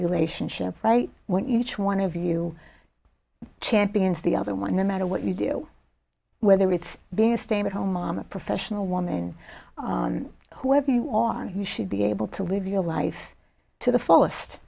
relationship right when you each one of you champions the other one no matter what you do whether it's being a stay at home mom a professional woman who have you on who should be able to live your life to the fullest